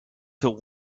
till